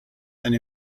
and